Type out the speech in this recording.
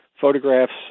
photographs